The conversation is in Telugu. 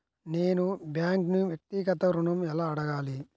నేను బ్యాంక్ను వ్యక్తిగత ఋణం ఎలా అడగాలి?